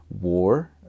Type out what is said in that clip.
war